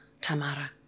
Tamara